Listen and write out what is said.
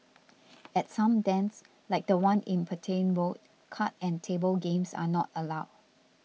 at some dens like the one in Petain Road card and table games are not allowed